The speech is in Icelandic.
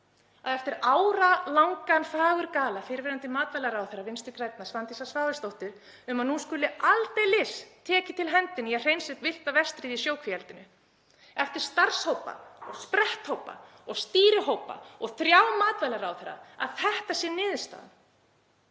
eftir áralangan fagurgala fyrrverandi matvælaráðherra Vinstri grænna, Svandísar Svavarsdóttur, um að nú skuli aldeilis tekið til hendinni í að hreinsa upp villta vestrið í sjókvíaeldinu, eftir starfshópa og spretthópa og stýrihópa og þrjá matvælaráðherra, að þetta sé niðurstaðan,